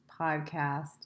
podcast